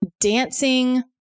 dancing